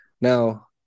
now